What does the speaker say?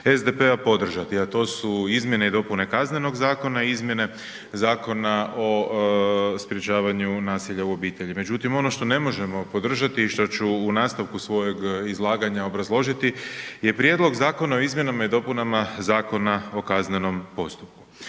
SDP-a podržati a to su izmjene i dopune Kaznenog zakona i izmjene Zakona o sprječavanju nasilja u obitelji međutim ono što ne možemo podržati i što ću u nastavku svojeg izlaganja obrazložiti je Prijedlog zakona o izmjenama i dopunama Zakona o kaznenom postupku.